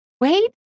Wait